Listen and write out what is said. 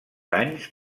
anys